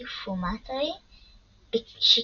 כשיפומטרי בשיקויים.